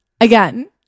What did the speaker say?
Again